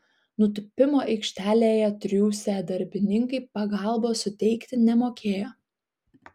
nutūpimo aikštelėje triūsę darbininkai pagalbos suteikti nemokėjo